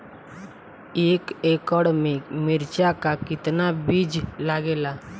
एक एकड़ में मिर्चा का कितना बीज लागेला?